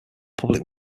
public